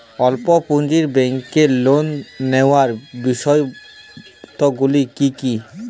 স্বল্প পুঁজির ব্যাংকের লোন নেওয়ার বিশেষত্বগুলি কী কী?